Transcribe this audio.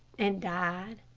and died.